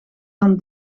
dan